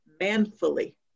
manfully